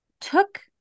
took